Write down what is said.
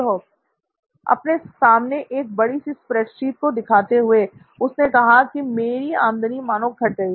" अपने सामने एक बड़ी सी स्प्रेडशीट को दिखाते हुए उसने कहा कि मेरी आमदनी मानो घट रही है